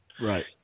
Right